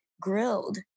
grilled